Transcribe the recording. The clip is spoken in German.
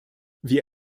wir